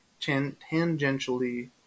tangentially